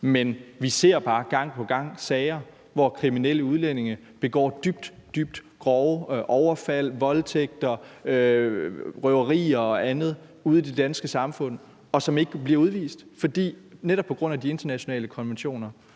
Men vi ser bare gang på gang sager, hvor kriminelle udlændinge begår meget, meget grove overfald, voldtægter, røverier og andet ude i det danske samfund, og de ikke bliver udvist, netop på grund af de internationale konventioner.